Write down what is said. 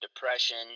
depression